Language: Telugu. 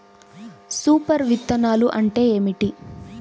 సూపర్ విత్తనాలు అంటే ఏమిటి?